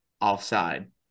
offside